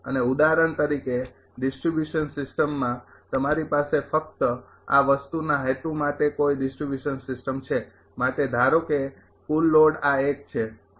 અને ઉદાહરણ તરીકે ડિસ્ટ્રિબ્યુશન સિસ્ટમમાં તમારી પાસે ફક્ત આ વસ્તુના હેતુ માટે કોઈ ડિસ્ટ્રિબ્યુશન સિસ્ટમ છે માટે ધારો કે કુલ લોડ આ એક છે અને